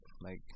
like-